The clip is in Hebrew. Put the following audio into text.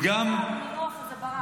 די עם המינוח הזה, ברח.